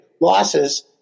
losses